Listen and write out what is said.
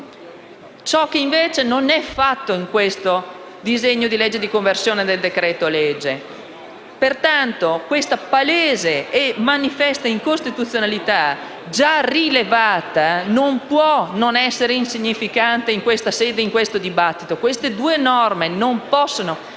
Ciò che invece non avviene in questo disegno di legge di conversione del decreto-legge. Pertanto, questa palese e manifesta incostituzionalità, già rilevata, non può essere insignificante in questa sede e in questo dibattito; queste due norme non possono